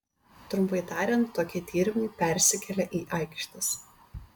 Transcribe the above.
trumpai tariant tokie tyrimai persikelia į aikštes